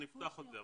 אנחנו נפתח את זה,